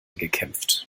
gekämpft